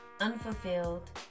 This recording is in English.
unfulfilled